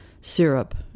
syrup